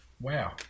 wow